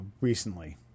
recently